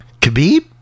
Khabib